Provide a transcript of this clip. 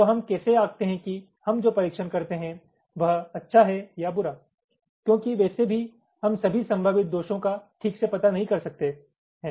तो हम कैसे आंकते हैं कि हम जो परीक्षण करते हैं वह अच्छा है या बुरा क्योंकि वैसे भी हम सभी संभावित दोषों का ठीक से पता नहीं कर सकते हैं